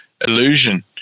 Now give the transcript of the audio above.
Illusion